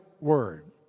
word